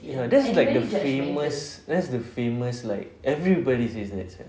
ya that's like the famous that's the famous like everybody says that sia